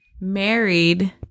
married